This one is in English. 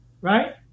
right